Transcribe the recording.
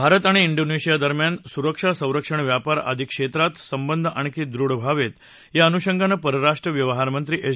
भारत आणि इंडोनेशिया दरम्यान सुरक्षा संरक्षण व्यापार आदी क्षेत्रात संबंध आणखी दृढ व्हावेत या अनुषंगानं परराष्ट्रीय व्यवहारमंत्री एस